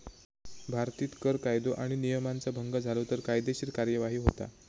भारतीत कर कायदो आणि नियमांचा भंग झालो तर कायदेशीर कार्यवाही होता